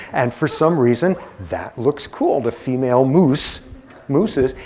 and for some reason, that looks cool. the female moose moose is,